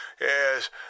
Yes